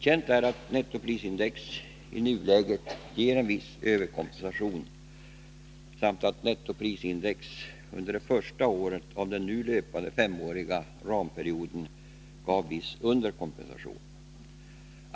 Känt är att nettoprisindex i nuläget ger en viss överkompensation samt att nettoprisindex under de första åren av den nu löpande femåriga ramperioden gav viss underkompensation.